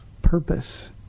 purpose